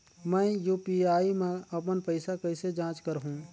मैं यू.पी.आई मा अपन पइसा कइसे जांच करहु?